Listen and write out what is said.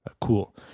cool